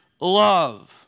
love